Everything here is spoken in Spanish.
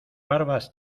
barbas